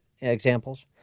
examples